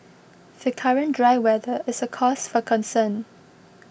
the current dry weather is a cause for concern